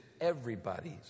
everybody's